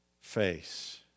face